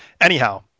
Anyhow